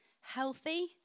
healthy